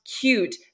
cute